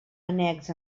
annex